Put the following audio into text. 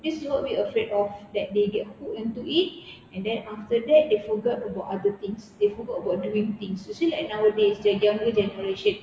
this is what we are afraid of that they get hooked into it and then after that they forget about other things they forgot about doing things you see like nowadays